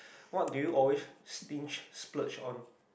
what do you always stinge splurge on